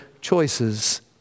choices